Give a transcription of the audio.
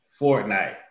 Fortnite